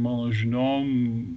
mano žiniom